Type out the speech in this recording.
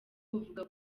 buvuga